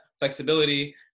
flexibility